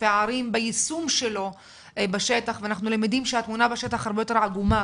לפערים ביישום שלו בשטח ואנחנו למדים שהתמונה בשטח הרבה יותר עגומה,